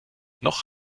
noch